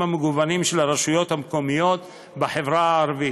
כל אחת מהן תכלול יושב-ראש וארבעה חברי ועדה.